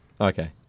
Okay